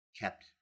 kept